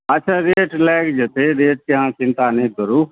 अच्छा रेट लागि जेतै रेटके अहाँ चिन्ता नहि करू